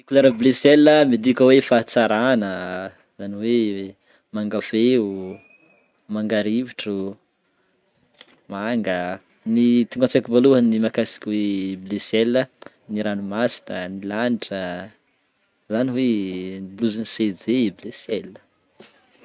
Ny couleur bleu ciel midika hoe fahatsaragna, zany hoe manga feo, mangarivotro, magna. Ny tonga antsaiko voalohany ny mahakasiky bleu ciel, ny ranomasina, ny lanitra, zany hoe blouse-n'ny CEG bleu ciel.